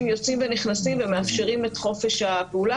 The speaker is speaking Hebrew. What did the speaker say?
יוצאים ונכנסים ומאפשרים את חופש הפעולה,